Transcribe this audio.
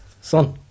son